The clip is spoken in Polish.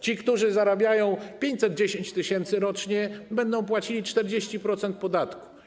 Ci, którzy zarabiają 510 tys. rocznie, będą płacili 40% podatku.